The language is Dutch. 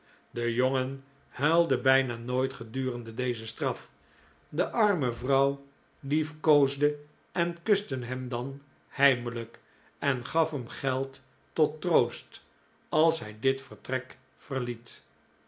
de jongen huilde bijna nooit gedurende deze straf de arme vrouw lief koosde en kuste hem dan heimelijk en gaf hem geld tot troost als hij dit vertrek verliet